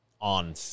on